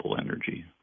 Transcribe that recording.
energy